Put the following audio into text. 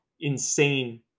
insane